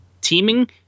teaming